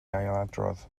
ailadrodd